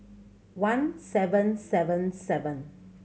one seven seven seven